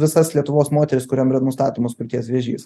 visas lietuvos moteris kuriom yra nustatomas krūties vėžys